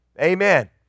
Amen